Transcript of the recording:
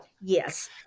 Yes